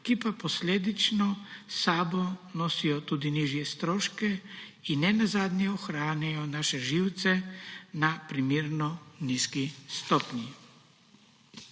ki pa posledično s sabo nosijo tudi nižje stroške, ki ne nazadnje ohranjajo naše živce na primerno nizki stopnji.